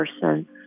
person